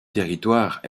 territoire